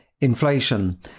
inflation